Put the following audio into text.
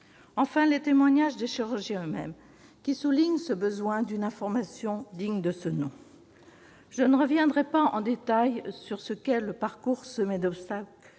il y a les témoignages des chirurgiens eux-mêmes, qui soulignent ce besoin d'une information « digne » de ce nom. Je ne reviendrai pas en détail sur ce qu'est le parcours semé d'obstacles